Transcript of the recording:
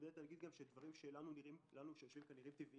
אגיד גם שדברים שנראים לנו טבעיים,